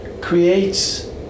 creates